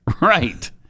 Right